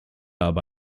aber